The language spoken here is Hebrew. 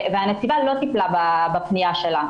והנציבה לא טיפלה בפנייה שלה.